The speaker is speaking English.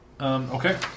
Okay